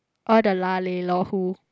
all the lah leh lor who